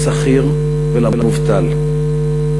לשכיר ולמובטל.